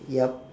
yup